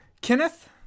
kenneth